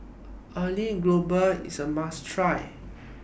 Aloo Gobi IS A must Try